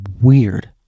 weird